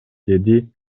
деди